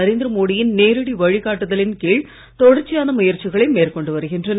நரேந்திர மோடியின் நேரடி வழிகாட்டுதலின் கீழ் தொடர்ச்சியான முயற்சிகளை மேற்கொண்டு வருகின்றன